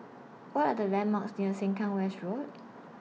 What Are The landmarks near Sengkang West Road